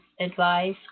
advice